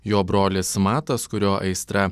jo brolis matas kurio aistra